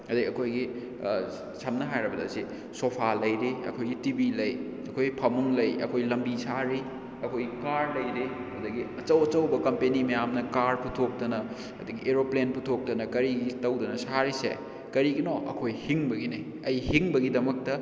ꯑꯗꯩ ꯑꯩꯈꯣꯏꯒꯤ ꯁꯝꯅ ꯍꯥꯏꯔꯕꯗ ꯁꯤ ꯁꯣꯐꯥ ꯂꯩꯔꯤ ꯑꯩꯈꯣꯏꯒꯤ ꯇꯤꯚꯤ ꯂꯩ ꯑꯩꯈꯣꯏꯒꯤ ꯐꯃꯨꯡ ꯂꯩ ꯑꯩꯈꯣꯏꯒꯤ ꯂꯝꯕꯤ ꯁꯥꯔꯤ ꯑꯩꯈꯣꯏꯒꯤ ꯀꯥꯔ ꯂꯩꯔꯤ ꯑꯗꯒꯤ ꯑꯆꯧ ꯑꯆꯧꯕ ꯀꯝꯄꯦꯅꯤ ꯃꯌꯥꯝꯅ ꯀꯥꯔ ꯄꯨꯊꯣꯛꯇꯅ ꯑꯗꯒꯤ ꯑꯦꯔꯣꯄ꯭ꯂꯦꯟ ꯄꯨꯊꯣꯛꯇꯅ ꯀꯔꯤ ꯇꯧꯗꯅ ꯁꯥꯔꯤꯁꯦ ꯀꯔꯤꯒꯤꯅꯣ ꯑꯩꯈꯣꯏ ꯍꯤꯡꯕꯒꯤꯅꯦ ꯑꯩ ꯍꯤꯡꯕꯒꯤꯗꯃꯛꯇ